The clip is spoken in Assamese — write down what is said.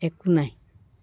একো নাই